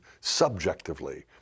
subjectively